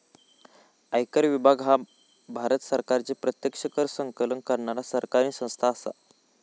आयकर विभाग ह्या भारत सरकारची प्रत्यक्ष कर संकलन करणारा सरकारी संस्था असा